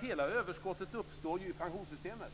Hela överskottet uppstår ju i pensionssystemet.